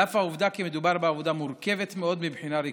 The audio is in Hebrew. על אף העובדה כי מדובר בעבודה מורכבת מאוד מבחינה רגשית.